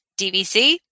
DVC